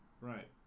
Right